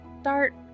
start